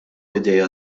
idea